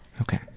Okay